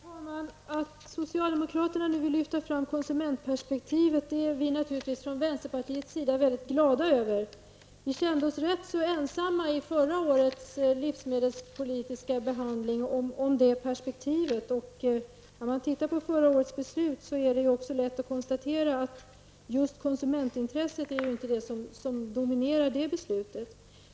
Herr talman! Att socialdemokraterna nu vill lyfta fram konsumentperspektivet i debatten är vi naturligtvis från vänsterpartiets sida mycket glada över. Vi kände oss nämligen rätt så ensamma i förra årets livsmedelspolitiska debatt om det perspektivet. Om man granskar förra årets beslut så kan vi också lätt konstatera att just konsumentintresset var den fråga som dominerade debatten.